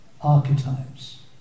archetypes